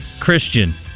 Christian